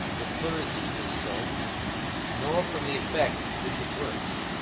the pleurisy is so nor from the effect which it works,